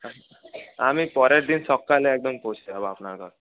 আমি পরের দিন সকালে একদম পৌঁছে যাব আপনার ঘর